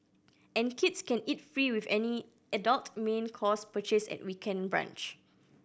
and kids can eat free with any adult main course purchase at weekend brunch